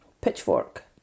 Pitchfork